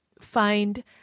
find